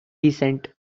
descent